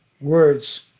words